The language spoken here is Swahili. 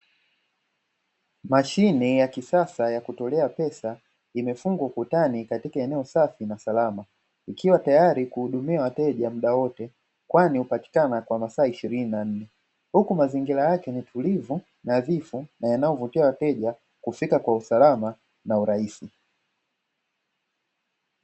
Mashine ya kisasa ya kutolea pesa imefungwa ukutani katika eneo safi na salama ikiwa tayari kuhudumia wateja muda wote kwani hupatikana kwa masaa ishirini na nne, huku mazingira yake ni tulivu, nadhifu na yanayovutia wateja kufika kwa usalama na urahisi.